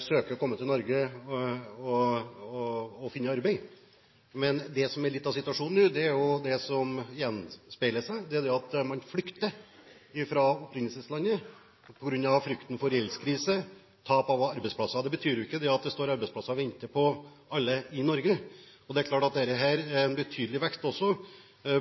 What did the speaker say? søker å komme til Norge for å finne arbeid. Men det som gjenspeiler litt av situasjonen nå, er at man flykter fra opprinnelseslandet på grunn av frykten for gjeldskrise og tap av arbeidsplasser. Det betyr jo ikke at det står arbeidsplasser og venter på alle i Norge, men det er klart at dette også er blitt en betydelig vekst.